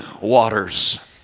waters